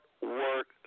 work